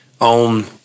on